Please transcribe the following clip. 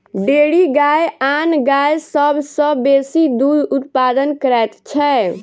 dairy गाय आन गाय सभ सॅ बेसी दूध उत्पादन करैत छै